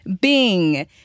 Bing